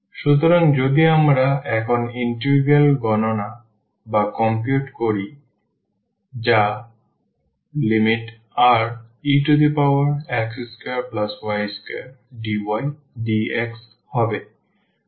সুতরাং যদি আমরা এখন ইন্টিগ্রাল গণনা করি যা ∬Rex2y2dydx হবে